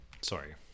Sorry